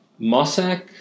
Mossack